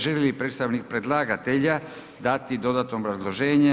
Želi li predstavnik predlagatelja dati dodatno obrazloženje?